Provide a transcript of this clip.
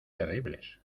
terribles